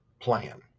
plan